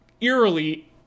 eerily